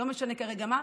לא משנה כרגע מה,